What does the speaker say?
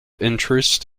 interest